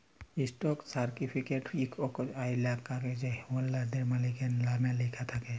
stock certificate হছে ইকট আইল কাগ্যইজ হোল্ডারের, মালিকের লামে লিখ্যা থ্যাকে